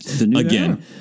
again